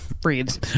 breeds